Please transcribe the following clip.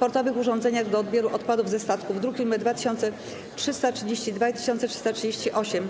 portowych urządzeniach do odbioru odpadów ze statków (druki nr 2332 i 2338)